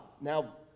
Now